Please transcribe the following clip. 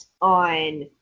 on